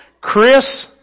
Chris